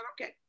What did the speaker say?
okay